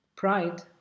Pride